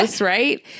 right